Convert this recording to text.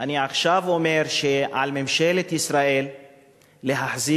שאני עכשיו אומר שעל ממשלת ישראל להחזיר